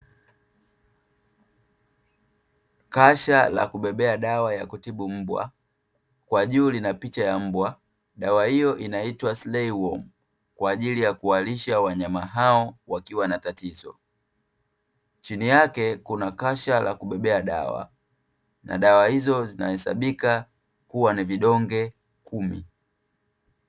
Kasha la kubebea dawa ya kutibu mbwa, kwa juu lina picha ya mbwa, dawa hiyo inaitwa "Slayworm" kwa ajili ya kuwalisha wanyama hao wakiwa na tatizo, chini yake kuna kasha la kubebea dawa, na dawa hizo zinahesabika kuwa ni vidonge kumi.